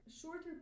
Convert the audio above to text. shorter